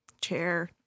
chair